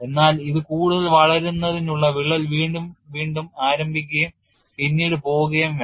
എന്നാൽ ഇത് കൂടുതൽ വളരുന്നതിനുള്ള വിള്ളൽ വീണ്ടും ആരംഭിക്കുകയും പിന്നീട് പോകുകയും വേണം